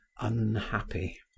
unhappy